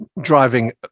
driving